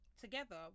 Together